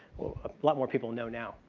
a lot more people know now.